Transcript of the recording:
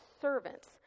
servants